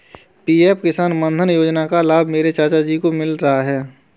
PM किसान मानधन योजना का लाभ मेरे चाचा जी को मिल रहा है